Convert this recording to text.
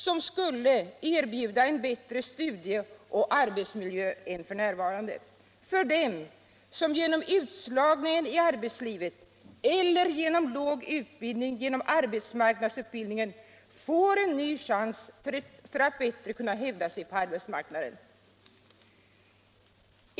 Det skulle kunna erbjuda en bättre studie och arbetsmiljö än f.n. åt dem som genom utslagningen i arbetslivet eller genom låg utbildning får en ny chans genom arbetsmarknadsutbildningen att bättre kunna hävda sig på arbetsmarknaden.